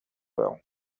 well